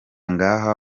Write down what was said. ngaha